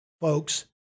folks